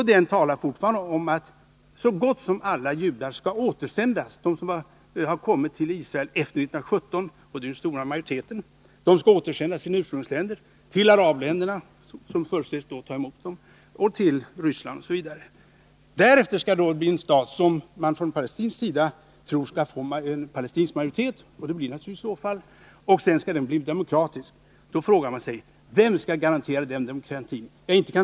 I den talas det fortfarande om att så gott som alla judar som har kommit till Israel efter 1917 — det är den stora majoriteten — skall återsändas till sina ursprungsländer, till arabländerna — som då förutsätts ta emot dem — till Ryssland osv. Därefter skall det bildas en stat, som man från palestinsk sida tror skall få palestinsk majoritet — och det blir det naturligtvis också i så fall — och sedan skall den bli demokratisk. Då frågar man sig: Vem skall garantera den demokratin?